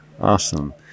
awesome